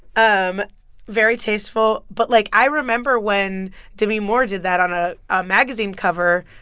um very tasteful but, like, i remember when demi moore did that on ah a magazine cover.